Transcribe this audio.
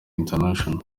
international